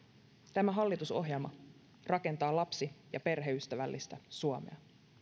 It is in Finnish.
tämä hallitusohjelma rakentaa lapsi ja perheystävällistä suomea